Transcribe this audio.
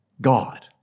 God